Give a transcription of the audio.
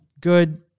good